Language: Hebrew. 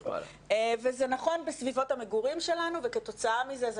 וזה נכון בסביבות המגורים שלנו וכתוצאה מזה זה